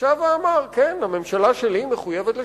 שב ואמר: כן, הממשלה שלי מחויבת לשלום,